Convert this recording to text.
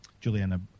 Juliana